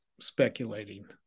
speculating